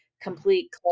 complete